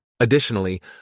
Additionally